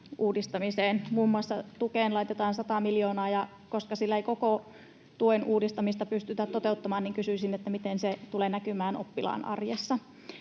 uudistamiseen. Muun muassa tukeen laitetaan 100 miljoonaa, ja koska sillä ei koko tuen uudistamista pystytä toteuttamaan, niin kysyisin: miten se tulee näkymään oppilaan arjessa?